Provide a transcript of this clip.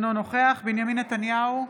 אינו נוכח בנימין נתניהו,